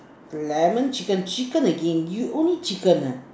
lemon chicken chicken again you only chicken uh